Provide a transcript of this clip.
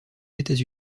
états